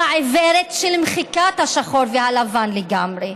עיוורת של מחיקת השחור והלבן לגמרי.